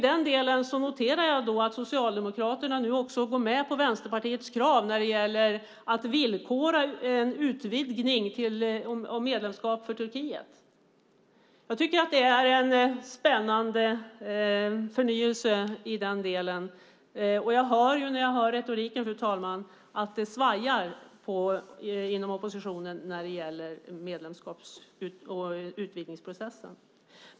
Där noterar jag att Socialdemokraterna nu går med på Vänsterpartiets krav om att villkora en utvidgning, medlemskap för Turkiet. Det är en spännande förnyelse i den delen, och av retoriken att döma svajar det inom oppositionen när det gäller utvidgningsprocessen.